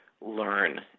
learn